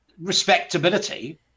respectability